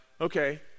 Okay